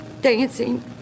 dancing